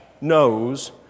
knows